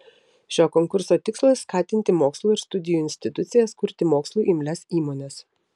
šio konkurso tikslas skatinti mokslo ir studijų institucijas kurti mokslui imlias įmones